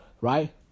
right